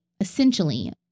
essentially